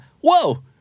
whoa